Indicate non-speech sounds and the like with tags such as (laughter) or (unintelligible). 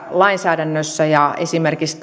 lainsäädännössä ja esimerkiksi (unintelligible)